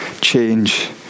change